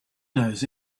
knows